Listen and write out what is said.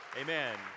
Amen